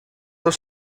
dos